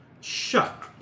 Shut